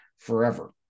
forever